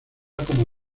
como